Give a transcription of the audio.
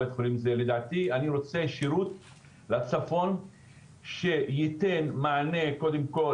אני שירותי בריאות כללית, אני חונה תחת